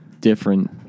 different